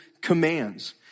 commands